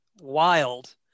wild